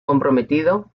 comprometido